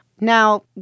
Now